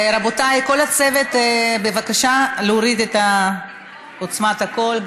רבותיי, כל הצוות, בבקשה, להוריד את עוצמת הקול.